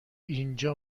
اینجا